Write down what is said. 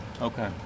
Okay